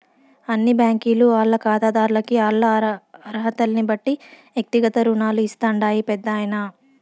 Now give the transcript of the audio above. అన్ని బ్యాంకీలు ఆల్ల కాతాదార్లకి ఆల్ల అరహతల్నిబట్టి ఎక్తిగత రుణాలు ఇస్తాండాయి పెద్దాయనా